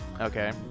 okay